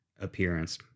appearance